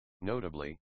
Notably